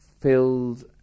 filled